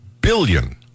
billion